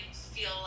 feel